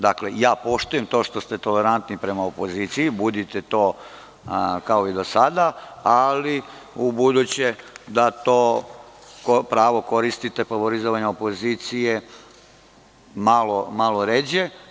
Dakle, ja poštujem to što ste tolerantni prema opoziciji, budite to i dalje, ali, ubuduće da to pravo favorizovanja opozicije koristite malo ređe.